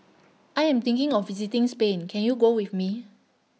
I Am thinking of visiting Spain Can YOU Go with Me